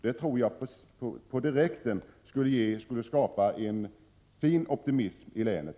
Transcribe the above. Det skulle direkt skapa en fin optimism i länet.